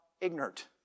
ignorant